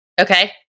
Okay